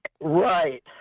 right